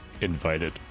Invited